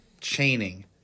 chaining